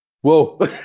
whoa